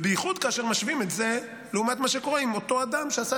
בייחוד כאשר משווים את זה לעומת מה שקורה עם אותו אדם שעשה